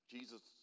Jesus